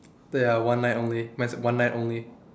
the ya one night only mine said one night only